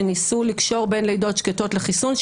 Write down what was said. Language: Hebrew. שניסו לקשור בין לידות שקטות לחיסון,